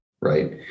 Right